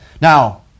Now